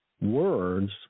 words